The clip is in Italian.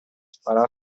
sparato